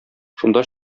шунда